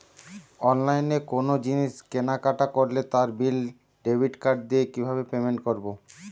অনলাইনে কোনো জিনিস কেনাকাটা করলে তার বিল ডেবিট কার্ড দিয়ে কিভাবে পেমেন্ট করবো?